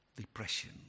depression